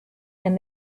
and